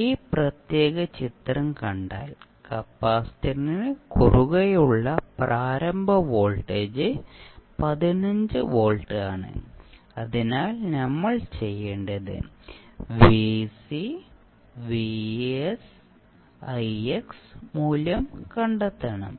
ഈ പ്രത്യേക ചിത്രം കണ്ടാൽ കപ്പാസിറ്ററിന് കുറുകെയുള്ള പ്രാരംഭ വോൾട്ടേജ് 15 വോൾട്ട് ആണ് അതിനാൽ നമ്മൾ ചെയ്യേണ്ടത് മൂല്യം കണ്ടെത്തണം